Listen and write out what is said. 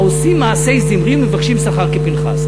העושים מעשה זמרי ומבקשים שכר כפנחס.